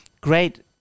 great